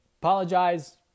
Apologize